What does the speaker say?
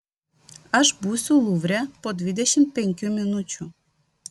aš būsiu luvre po dvidešimt penkių minučių